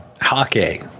Hockey